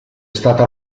stata